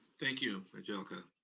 thank you, angelica.